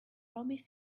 robbie